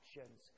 actions